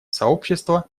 сообщество